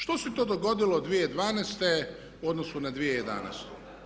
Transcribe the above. Što se to dogodilo 2012. u odnosu na 2011.